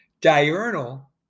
diurnal